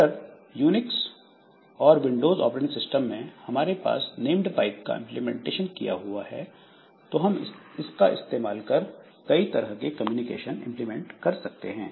अगर यूनिक्स और Windows operating system में हमारे पास नेम्ड पाइप का इंप्लीमेंटेशन किया हुआ है तो हम इसका इस्तेमाल कर कई तरह के कम्युनिकेशन इंप्लीमेंट कर सकते हैं